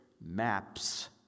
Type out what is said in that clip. maps